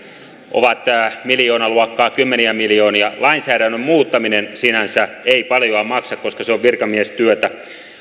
ovat miljoonaluokkaa kymmeniä miljoonia lainsäädännön muuttaminen sinänsä ei paljoa maksa koska se on virkamiestyötä